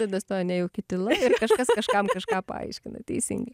tada stojo nejauki tyla ir kažkas kažkam kažką paaiškina teisingai